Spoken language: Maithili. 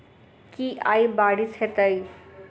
की आय बारिश हेतै?